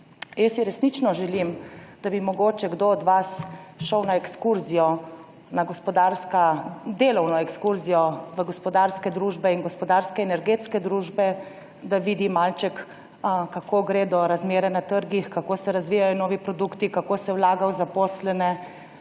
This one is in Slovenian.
Jaz si resnično želim, da bi mogoče kdo od vas šel na ekskurzijo, na delovno ekskurzijo v gospodarske družbe, gospodarske energetske družbe, da vidi malček, kako gredo razmere na trgih, kako se razvijajo novi produkti, kako se vlaga v zaposlene